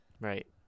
Right